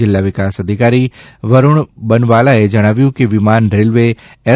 જિલ્લા વિકાસ અધિકારી વરૂણ બનવાલાએ જણાવ્યું છે કે વિમાન રેલવે એસ